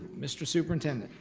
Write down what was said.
mr. superintendent?